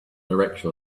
direction